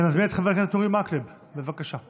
אני מזמין את חבר הכנסת אורי מקלב, בבקשה.